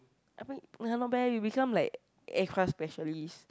like not bad eh you become like aircraft specialist